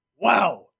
wow